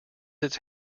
its